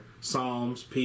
Psalms